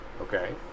okay